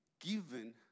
given